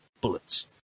bullets